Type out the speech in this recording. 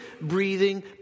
breathing